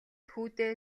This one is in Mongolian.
хүүдээ